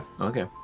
Okay